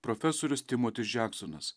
profesorius timotis džeksonas